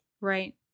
Right